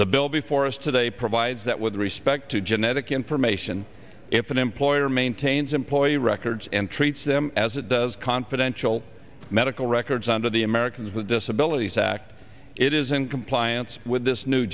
the bill before us today provides that with respect to genetic information if an employer maintains employee records and treats them as it does confidential medical records under the americans with disabilities act it is in compliance with this new